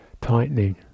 tightening